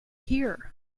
here